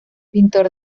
pintor